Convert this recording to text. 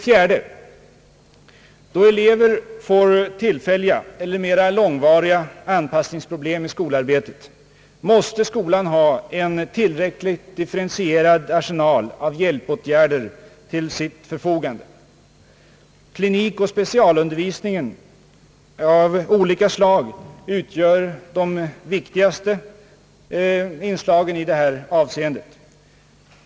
4) Då elever får tillfälliga eller mera långvariga anpassningsproblem i skolarbetet, måste skolan ha en tillräckligt differentierad arsenal av hjälpåtgärder till sitt förfogande, Klinikoch specialundervisning av olika slag utgör de viktigaste inslagen i det här avseendet.